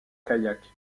kayak